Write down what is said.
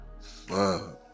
fuck